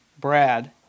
Brad